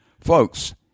Folks